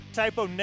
typo